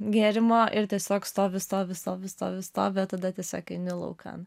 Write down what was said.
gėrimo ir tiesiog stovi stovi stovi stovi stovi o tada tiesiog eini laukan